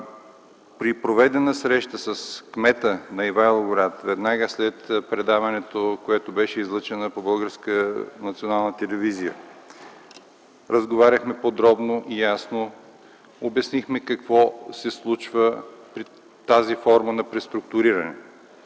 При проведена среща с кмета на Ивайловград веднага след предаването, което беше излъчено по Българската национална телевизия, разговаряхме подробно и ясно, обяснихме какво се случва при тази форма на преструктуриране.